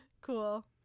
Cool